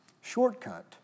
shortcut